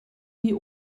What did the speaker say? wie